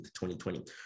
2020